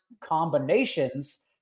combinations